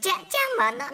čia čia mano